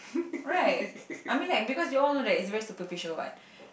right I mean like because you all know that it's very superficial what